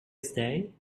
stay